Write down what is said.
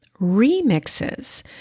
remixes